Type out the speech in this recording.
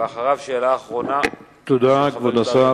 ואחריו שאלה אחרונה, חבר הכנסת